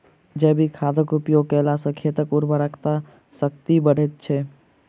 जैविक खादक उपयोग कयला सॅ खेतक उर्वरा शक्ति बढ़ैत छै